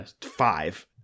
five